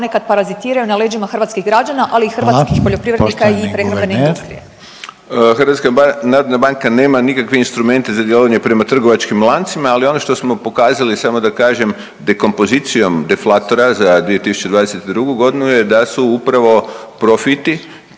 ponekad parazitiraju na leđima hrvatskih građana, ali i hrvatskih poljoprivrednika i prehrambene industrije. **Reiner, Željko (HDZ)** Hvala. Poštovani guverner. **Vujčić, Boris** HNB nema nikakve instrumente za djelovanje prema trgovačkim lancima, ali ono što smo pokazali, samo da kažem, dekompozicijom deflatora za 2022.g. je da su upravo profiti